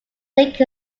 lake